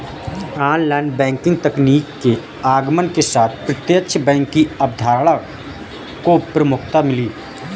online banking तकनीक के आगमन के साथ प्रत्यक्ष बैंक की अवधारणा को प्रमुखता मिली